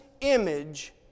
image